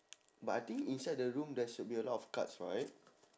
but I think inside the room there should be a lot of cards right